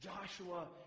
Joshua